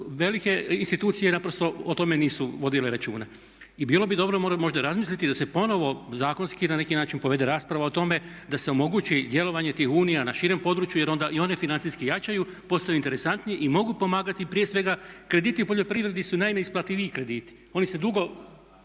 Velike institucije naprosto o tome nisu vodile računa. I bilo bi dobro možda razmisliti da se ponovno zakonski na neki način povede rasprava o tome da se omogući djelovanje tih unija na širem području jer onda i one financijski jačaju, postaju interesantnije i mogu pomagati. Prije svega krediti u poljoprivredi su najneisplativiji krediti, oni se dugo,